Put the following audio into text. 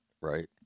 right